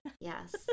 Yes